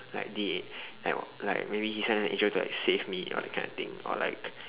like did like like maybe he sent an angel to like save me or that kind of thing or like